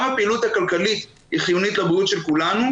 הפעילות הכלכלית היא חיונית לבריאות של כולנו,